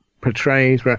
portrays